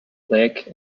black